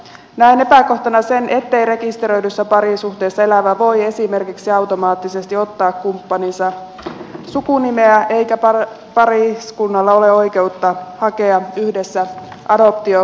näen epäkohtana sen ettei rekisteröidyssä parisuhteessa elävä voi esimerkiksi automaattisesti ottaa kumppaninsa sukunimeä eikä pariskunnalla ole oikeutta hakea yhdessä adoptiovanhemmuutta